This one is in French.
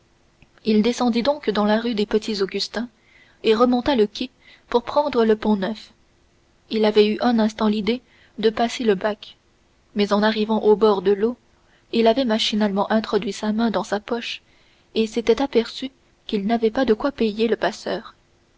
il descendit donc la rue des petits augustins et remonta le quai pour prendre le pont-neuf il avait eu un instant l'idée de passer le bac mais en arrivant au bord de l'eau il avait machinalement introduit sa main dans sa poche et s'était aperçu qu'il n'avait pas de quoi payer le passeur